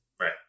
Right